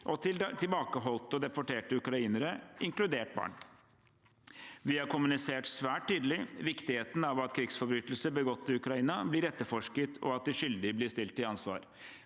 til tilbakeholdte og deporterte ukrainere, inkludert barn. Vi har svært tydelig kommunisert viktigheten av at krigsforbrytelser begått i Ukraina blir etterforsket, og at de skyldige blir stilt til ansvar.